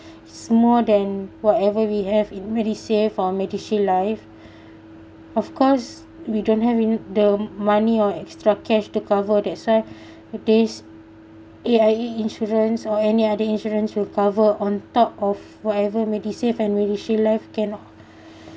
s~ more than whatever we have in medisave for medishield life of course we don't have en~ the money or extra cash to cover that's why this A_I_A insurance or any other insurance will cover on top of whatever medisave and medishield life cannot